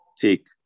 Take